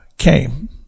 came